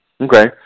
Okay